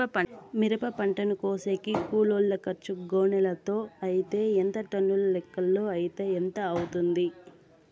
మిరప పంటను కోసేకి కూలోల్ల ఖర్చు గోనెలతో అయితే ఎంత టన్నుల లెక్కలో అయితే ఎంత అవుతుంది?